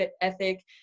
ethic